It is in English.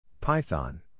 Python